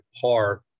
par